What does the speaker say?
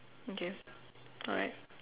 okay alright